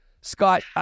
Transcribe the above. Scott